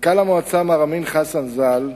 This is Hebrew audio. מנכ"ל המועצה, מר אמין חסן ז"ל,